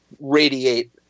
radiate